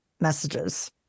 messages